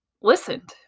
listened